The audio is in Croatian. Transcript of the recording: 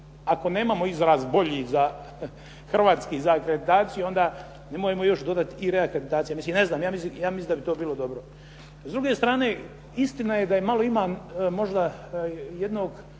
ako nemamo izraz bolji za, hrvatski, za akreditaciju nemojmo još dodati i reakreditacija, mislim ne znam, ja mislim da bi to bilo dobro. S druge strane, istina je da malo ima možda jednog